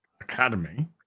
Academy